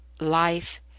life